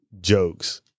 jokes